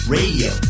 Radio